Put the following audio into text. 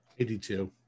82